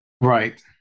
Right